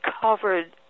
covered